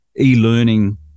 e-learning